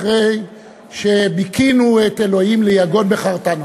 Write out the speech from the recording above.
אחרי שביכינו את "אלוהים ליגון בחרתנו".